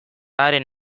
haren